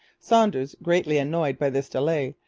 saunders, greatly annoyed by this delay,